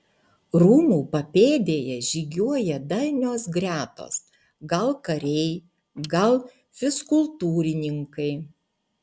rūmų papėdėje žygiuoja darnios gretos gal kariai gal fizkultūrininkai